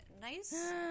nice